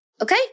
okay